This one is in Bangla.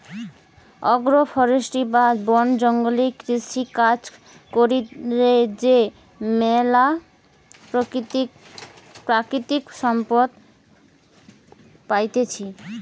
আগ্রো ফরেষ্ট্রী বা বন জঙ্গলে কৃষিকাজ কইরে যে ম্যালা প্রাকৃতিক সম্পদ পাইতেছি